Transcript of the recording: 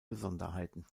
besonderheiten